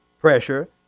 Pressure